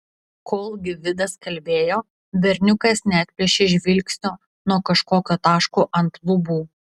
kol gvidas kalbėjo berniukas neatplėšė žvilgsnio nuo kažkokio taško ant lubų